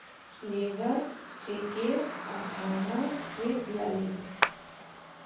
labour checker अवधारणा के दीयाले